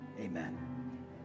amen